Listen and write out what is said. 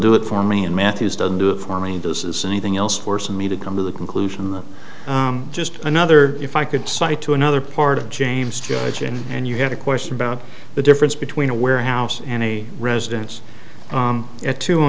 do it for me and matthews doesn't do it for me this is anything else forcing me to come to the conclusion that i'm just another if i could cite to another part of james judge and you had a question about the difference between a warehouse and a residence at two